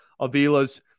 Avila's